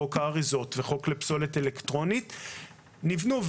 חוק האריזות וחוק לפסולת אלקטרונית נבנו,